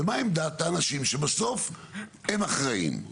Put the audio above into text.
ומה עמדת האנשים שבסוף הם אחראיים.